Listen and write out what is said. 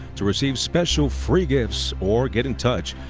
to receive special free gifts or get in touch,